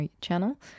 channel